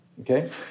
Okay